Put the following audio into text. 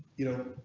you know,